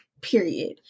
period